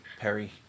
Perry